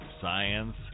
science